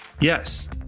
Yes